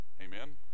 Amen